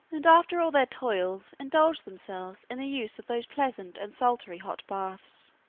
and, after all their toils, indulged themselves in the use of those pleasant and salutary hot baths.